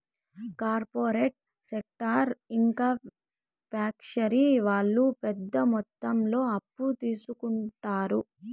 corporate sector ఇంకా factory వాళ్ళు పెద్ద మొత్తంలో అప్పు తీసుకుంటారు